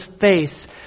face